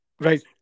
Right